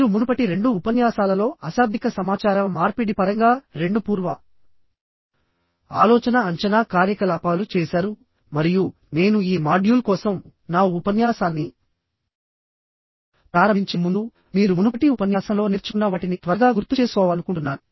మీరు మునుపటి రెండు ఉపన్యాసాలలో అశాబ్దిక సమాచార మార్పిడి పరంగా రెండు పూర్వ ఆలోచన అంచనా కార్యకలాపాలు చేసారు మరియు నేను ఈ మాడ్యూల్ కోసం నా ఉపన్యాసాన్ని ప్రారంభించే ముందుమీరు మునుపటి ఉపన్యాసంలో నేర్చుకున్న వాటిని త్వరగా గుర్తుచేసుకోవాలనుకుంటున్నాను